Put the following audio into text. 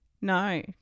No